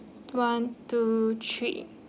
one two three